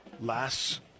last